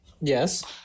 Yes